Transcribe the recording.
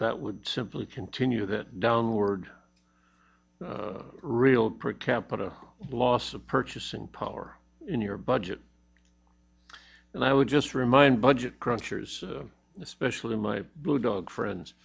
that would simply continue that downward real per capita loss of purchasing power in your budget and i would just remind budget crunchers especially in my blue dog friends